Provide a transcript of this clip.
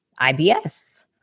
IBS